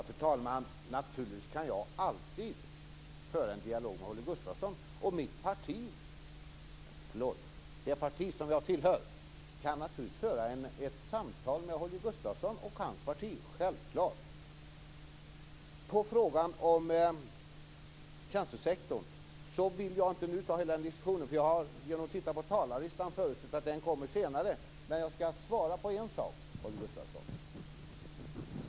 Fru talman! Naturligtvis kan jag alltid föra en dialog med Holger Gustafsson. Och det parti som jag tillhör kan naturligtvis föra ett samtal med Holger Gustafsson och hans parti. Det är självklart. I fråga om tjänstesektorn vill jag inte nu ta hela den diskussionen. Jag har genom att titta på talarlistan förutsett att den kommer senare. Men jag skall svara på en sak, Holger Gustafsson.